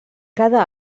cada